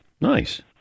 Nice